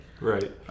Right